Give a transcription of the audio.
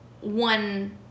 one